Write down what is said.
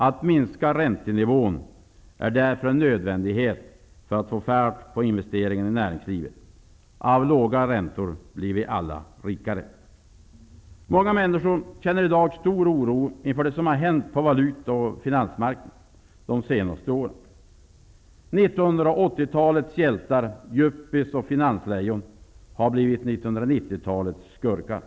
Att minska ränteninvån är därför en nödvändighet för att vi skall få fart på investeringarna i näringslivet. Av låga räntor blir vi alla rikare. Många människor känner i dag stor oro inför det som har hänt på valuta och finansmarknaden de senaste åren. 1980-talets hjältar -- yuppies och finanslejon -- har blivit 1990-talets ''skurkar''.